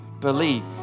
believe